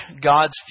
God's